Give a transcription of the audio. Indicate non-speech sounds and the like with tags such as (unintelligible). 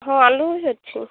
ହଁ ଆଳୁ (unintelligible) ଅଛି